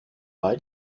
why